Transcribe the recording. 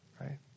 Right